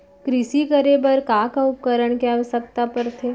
कृषि करे बर का का उपकरण के आवश्यकता परथे?